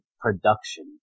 production